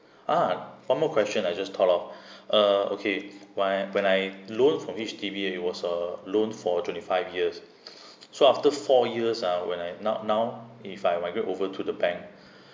ah one more question I just thought of uh okay when when I loan from H_D_B and it was a loan for twenty five years so after four years ah when I not now if I migrate over to the bank